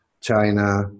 China